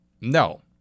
no